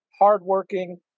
hardworking